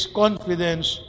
confidence